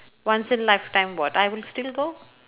once in lifetime what I would still go